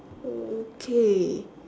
okay